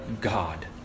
God